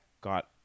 got